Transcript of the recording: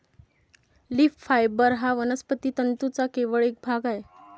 leaf fibre हा वनस्पती तंतूंचा केवळ एक भाग आहे